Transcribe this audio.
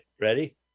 Ready